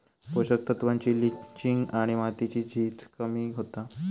पोषक तत्त्वांची लिंचिंग आणि मातीची झीज कमी होता